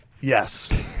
Yes